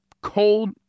cold